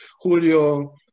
Julio